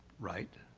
right.